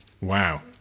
Wow